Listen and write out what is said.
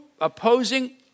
opposing